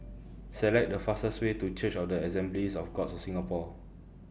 Select The fastest Way to Church of The Assemblies of Gods of Singapore